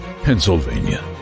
Pennsylvania